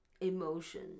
Emotion